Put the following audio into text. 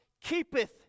keepeth